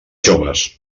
joves